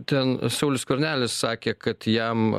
ten saulius skvernelis sakė kad jam